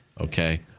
okay